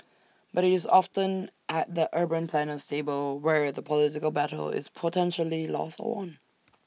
but IT is often at the urban planner's table where the political battle is potentially lost or won